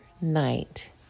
night